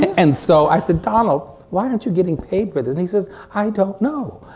and so i said donald why aren't you getting paid for this? and he says i don't know!